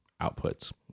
outputs